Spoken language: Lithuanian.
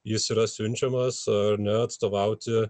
jis yra siunčiamas ar ne atstovauti